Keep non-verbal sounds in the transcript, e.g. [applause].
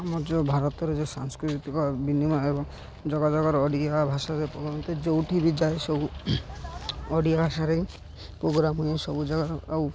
ଆମର ଯେଉଁ ଭାରତରେ ଯେଉଁ ସାଂସ୍କୃତିକ ବିନିମୟ ଏବଂ ଯୋଗାଯୋଗାର ଓଡ଼ିଆ ଭାଷାରେ [unintelligible] ଯେଉଁଠି ବି ଯାଏ ସବୁ ଓଡ଼ିଆ ଭାଷାରେ ପ୍ରୋଗ୍ରାମ୍ ହୁଁ ସବୁ ଜାଗାରେ ଆଉ